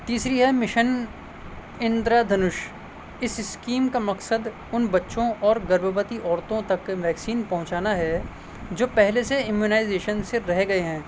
تیسری ہے مشن اندرا دھنش اس اسکیم کا مقصد ان بچّوں اور گربھوتی عورتوں تک ویکسین پہنچانا ہے جو پہلے سے ایمیونائزیشن سے رہ گئے ہیں